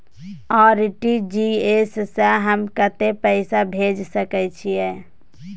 RTG S स हम कत्ते पैसा भेज सकै छीयै?